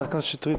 חברת הכנסת שטרית,